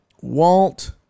Walt